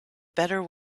better